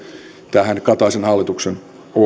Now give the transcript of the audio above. tähän kataisen hallituksen ohjelmaan